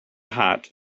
hot